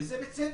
וזה בצדק.